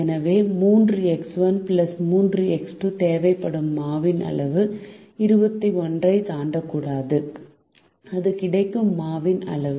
எனவே 3 X1 3 X2 தேவைப்படும் மாவின் அளவு 21 ஐ தாண்டக்கூடாது இது கிடைக்கும் மாவின் அளவு